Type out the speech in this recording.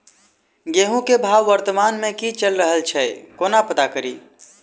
गेंहूँ केँ भाव वर्तमान मे की चैल रहल छै कोना पत्ता कड़ी?